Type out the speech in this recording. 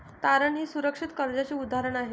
तारण हे सुरक्षित कर्जाचे उदाहरण आहे